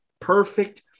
perfect